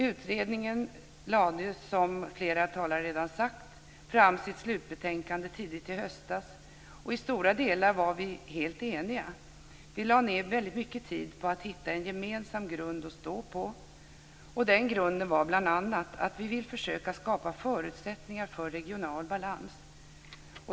Utredningen lade - som flera talare redan har sagt - fram sitt slutbetänkande i höstas. I stora delar var vi helt eniga. Vi lade ned väldigt mycket tid på att hitta en gemensam grund att stå på, och den grunden var bl.a. att vi vill försöka skapa förutsättningar för regional balans.